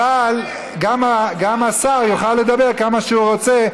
אבל גם השר יוכל לדבר כמה שהוא רוצה,